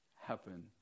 happen